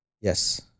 Yes